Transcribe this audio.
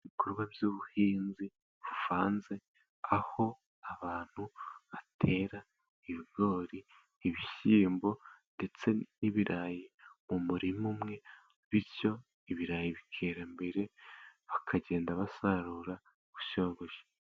Ibikorwa by'ubuhinzi bivanze, aho abantu batera ibigori, ibishyimbo ndetse n'ibirayi mu murima umwe, bityo ibirayi bikera mbere bakagenda basarura gutyo gutyo.